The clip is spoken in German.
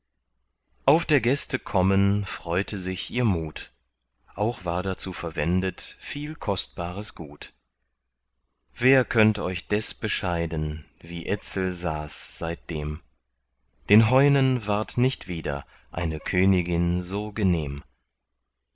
auf der gäste kommen freute sich ihr mut auch war dazu verwendet viel kostbares gut wer könnt euch des bescheiden wie etzel saß seitdem den heunen ward nicht wieder eine königin so genehm